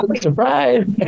Surprise